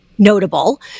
notable